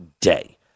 day